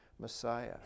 Messiah